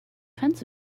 fence